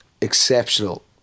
Exceptional